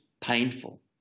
Painful